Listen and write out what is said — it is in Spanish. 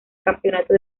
campeonato